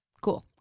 Cool